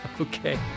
okay